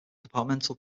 departmental